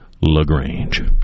LaGrange